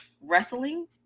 wrestling